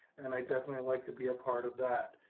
and i definitely like to be a part of that.